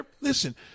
Listen